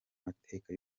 mateka